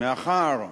מאחר